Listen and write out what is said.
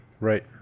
Right